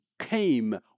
came